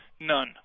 None